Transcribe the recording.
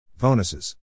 Bonuses